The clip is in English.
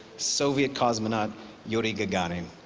soviet cosmonaut yuri gagarin.